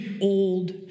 old